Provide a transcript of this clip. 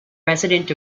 resident